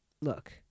Look